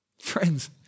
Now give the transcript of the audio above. friends